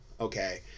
okay